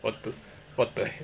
what the what the he~